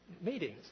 meetings